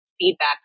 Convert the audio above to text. feedback